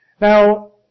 Now